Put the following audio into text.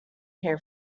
here